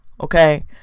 okay